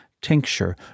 Tincture